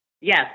Yes